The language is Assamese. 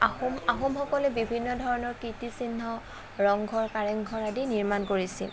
আহোম আহোমসকলে বিভিন্ন ধৰণৰ কীৰ্তিচিহ্ন ৰংঘৰ কাৰেংঘৰ আদি নিৰ্মাণ কৰিছিল